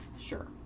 Sure